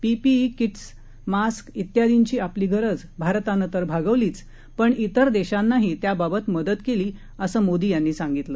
PPE kits mask त्यादींची आपली गरज भारतानं भागवलीच पण तिर देशांनाही त्याबाबत मदत केली असं मोदी यांनी सांगितलं